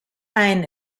ein